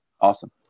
Awesome